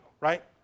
right